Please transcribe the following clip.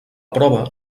prova